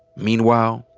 meanwhile,